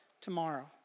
tomorrow